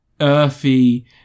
earthy